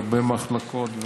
הרבה מחלקות,